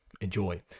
Enjoy